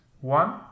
One